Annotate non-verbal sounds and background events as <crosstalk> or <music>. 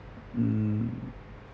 <laughs> mm